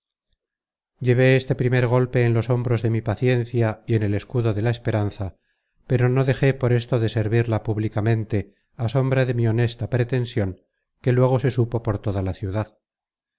llevé este primer golpe en los hombros de mi paciencia y en el escudo de la esperanza pero no dejé por esto de ser virla públicamente á sombra de mi honesta pretension que luego se supo por toda la ciudad